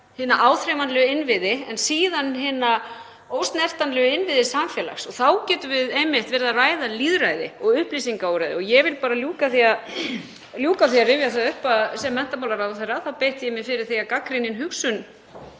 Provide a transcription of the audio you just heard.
hina áþreifanlegu innviði en síðan hina ósnertanlegu innviði samfélags. Þá getum við einmitt verið að ræða lýðræði og upplýsingaóreiðu. Ég vil bara ljúka þessu með því að rifja það upp að sem menntamálaráðherra beitti ég mér fyrir því að gagnrýnin hugsun